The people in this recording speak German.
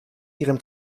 ihrem